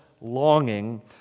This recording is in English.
longing